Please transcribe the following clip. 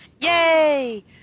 Yay